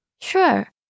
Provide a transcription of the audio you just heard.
Sure